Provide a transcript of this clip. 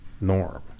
norm